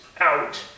out